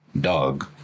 dog